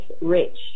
Rich